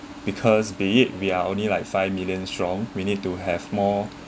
because be it we are only like five million strong we need to have more